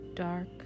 dark